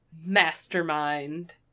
Mastermind